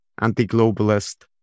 anti-globalist